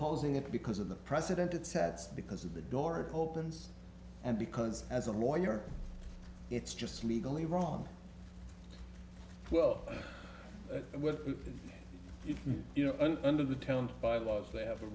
opposing it because of the precedent it sets because of the door opens and because as a lawyer it's just legally wrong well you can you know under the tent by laws they have a